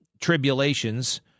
tribulations